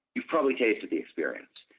you probably cater to the experience.